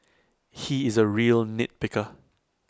he is A real nitpicker